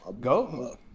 Go